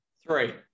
Three